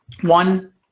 One